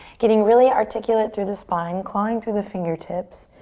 getting really articulate through the spine. clawing through the fingertips.